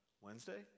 Wednesday